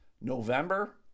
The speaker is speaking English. November